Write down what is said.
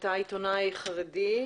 אתה עיתונאי חרדי,